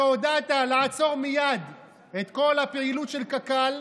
שהודעת לעצור מייד את כל הפעילות של קק"ל,